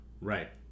Right